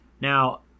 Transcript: Now